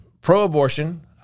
pro-abortion